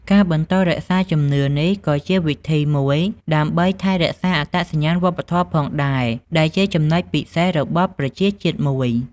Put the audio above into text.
ការបន្តរក្សាជំនឿនេះក៏ជាវិធីមួយដើម្បីថែរក្សាអត្តសញ្ញាណវប្បធម៌ផងដែរ ដែលជាចំណុចពិសេសរបស់ប្រជាជាតិមួយ។